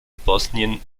bosnien